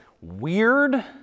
weird